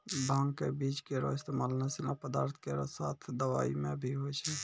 भांग क बीज केरो इस्तेमाल नशीला पदार्थ केरो साथ दवाई म भी होय छै